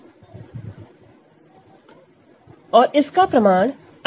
Refer Slide Time 0814 और इसका प्रमाण अत्यंत सरल है